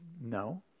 No